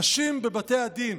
נשים בבתי הדין,